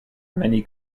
many